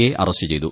A arrest ചെയ്തു